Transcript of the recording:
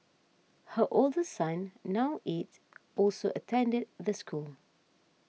her older son now eight also attended the school